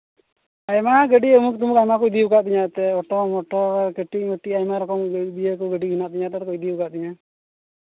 ᱟᱭᱢᱟ ᱜᱟᱹᱰᱤ ᱩᱢᱩᱠ ᱛᱩᱢᱩᱠ ᱟᱭᱢᱟ ᱠᱚ ᱤᱫᱤᱭᱮᱫ ᱠᱚᱣᱟ ᱚᱴᱳ ᱢᱚᱴᱳ ᱠᱟᱹᱴᱤᱡ ᱢᱟᱹᱴᱤᱡ ᱟᱭᱢᱟ ᱨᱚᱠᱚᱢ ᱜᱟᱹᱰᱤ ᱦᱮᱱᱟᱜ ᱛᱤᱧᱟ ᱮᱴᱟᱜ ᱨᱮᱠᱚ ᱤᱫᱤᱭᱟᱠᱟᱫ ᱛᱤᱧᱟ